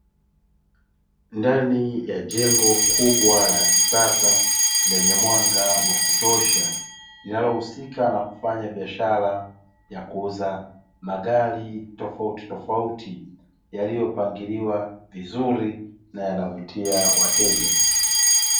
Ndani ya jengo kubwa la kisasa lenye mwanga wa kutosha, linalohusika na kufanya biashara ya kuuza magari tofauti tofauti yaliyopangiliwa vizuri na yanavutia wateja.